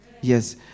Yes